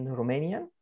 Romanian